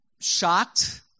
shocked